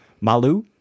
Malu